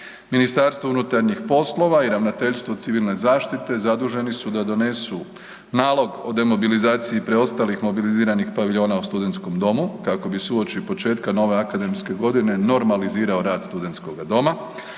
domu Cvjetno naselje. MUP i Ravnateljstvo civilne zaštite zaduženi su da donesu nalog o demobilizaciji preostalih mobiliziranih paviljona u studentskom domu kako bi se uoči početka nove akademske godine normalizirao rad studentskoga doma,